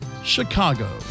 Chicago